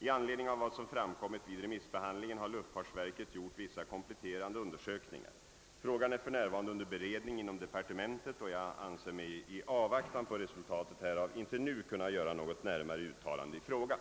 I anledning av vad som framkommit vid remissbehandlingen har luftfartsverket gjort vissa kompletterande undersökningar. Frågan är f. n. under beredning inom departementet och jag anser mig, i avvaktan på resultatet härav, inte nu kunna göra något närmare uttalande i frågan.